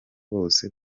bose